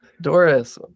Doris